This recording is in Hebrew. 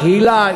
קהילה,